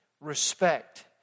Respect